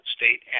State